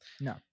No